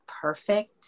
perfect